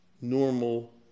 normal